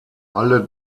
alle